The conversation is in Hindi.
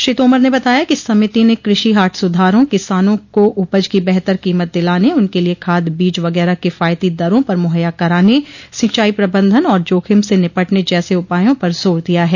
श्री तोमर ने बताया कि समिति ने कृषि हाट सुधारों किसानों को उपज की बेहतर कीमत दिलाने उनके लिए खाद बीज वगैरह किफायती दरों पर मुहैया कराने सिचांई प्रबंधन और जोखिम से निपटने जैसे उपायों पर जोर दिया है